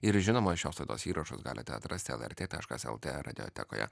ir žinoma šios laidos įrašus galite atrasti lrt taškas lt radiotekoje